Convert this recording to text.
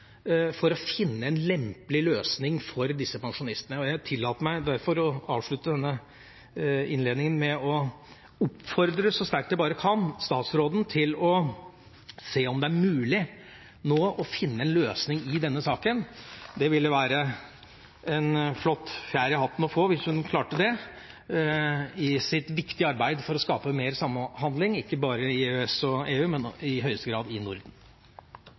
for å finne en lempelig løsning for disse pensjonistene. Jeg tillater meg derfor å avslutte denne innledninga med å oppfordre statsråden så sterkt jeg bare kan, om å se om det nå er mulig å finne en løsning på denne saken. Det ville være en flott fjær i hatten å få hvis hun klarte det i sitt viktige arbeid for å skape mer samhandling, ikke bare i EØS og EU, men i høyeste grad i Norden.